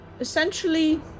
essentially